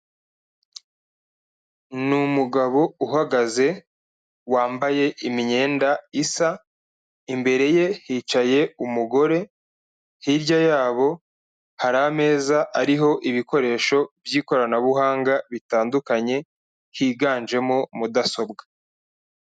Ni umugabo uhagaze, wambaye imyenda isa, imbere ye hicaye umugore, hirya yabo, hari ameza ariho ibikoresho by'ikoranabuhanga bitandukanye, higanjemo mudasobwa.